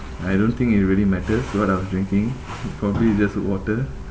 I don't think it really matters what I was drinking probably just water